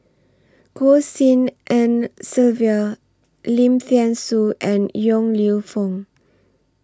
Goh Tshin En Sylvia Lim Thean Soo and Yong Lew Foong